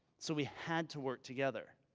so we had to work together.